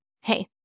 Hey